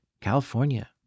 California